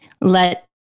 let